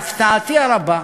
להפתעתי הרבה,